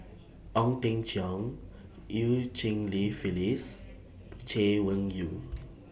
Ong Teng Cheong EU Cheng Li Phyllis Chay Weng Yew